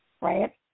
Right